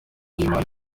y’imana